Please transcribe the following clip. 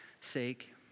sake